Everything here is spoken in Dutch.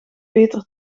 peter